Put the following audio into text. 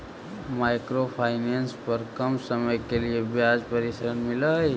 micro finance पर कम समय के लिए ब्याज पर ऋण मिलऽ हई